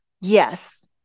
Yes